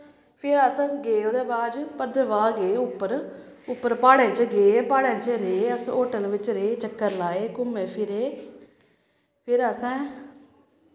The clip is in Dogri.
फ्ही अस गे ओह्दे बाद च भद्रवाह् गे उप्पर उप्पर प्हाड़ें च गे प्हाड़ें च रेह् अस होटल बिच्च रेह् चक्कर लाए घूमे फिरे फिर असें